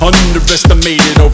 Underestimated